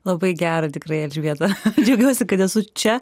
labai gera tikrai elžbieta džiaugiuosi kad esu čia